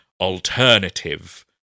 alternative